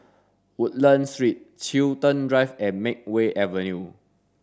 Woodlands Street Chiltern Drive and Makeway Avenue